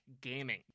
gaming